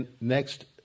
next